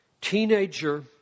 Teenager